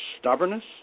stubbornness